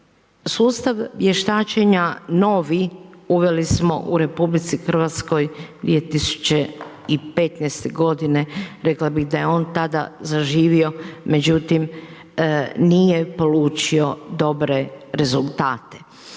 Sustav vještačenja novi uveli smo u RH 2015. godine, rekla bih da je on tada zaživio, međutim nije polučio dobre rezultate.